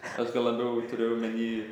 aš gal labiau turėjau omeny